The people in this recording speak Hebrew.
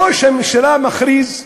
ראש הממשלה מכריז,